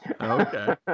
Okay